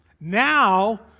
Now